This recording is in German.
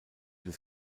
des